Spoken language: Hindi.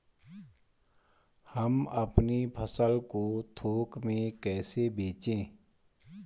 हम अपनी फसल को थोक में कैसे बेचें?